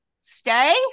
stay